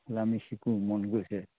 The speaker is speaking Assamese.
বোলে আমি শিকো মন গৈছে